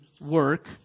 work